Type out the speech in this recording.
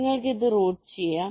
നിങ്ങൾക്ക് ഇത് റൂട്ട് ചെയ്യാം